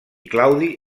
claudi